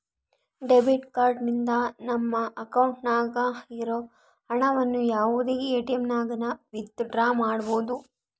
debit card ನಿಂದ ನಮ್ಮ ಅಕೌಂಟ್ನಾಗ ಇರೋ ಹಣವನ್ನು ಯಾವುದೇ ಎಟಿಎಮ್ನಾಗನ ವಿತ್ ಡ್ರಾ ಮಾಡ್ಬೋದು